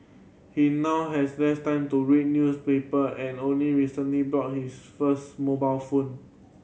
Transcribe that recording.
he now has less time to read newspaper and only recently bought his first mobile phone